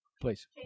Please